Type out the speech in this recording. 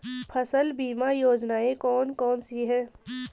फसल बीमा योजनाएँ कौन कौनसी हैं?